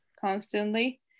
constantly